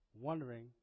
wondering